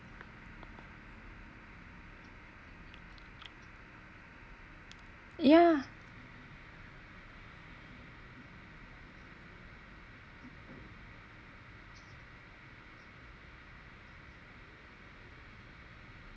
yeah